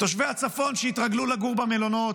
תושבי הצפון התרגלו לגור במלונות,